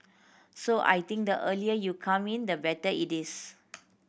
so I think the earlier you come in the better it is